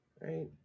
Right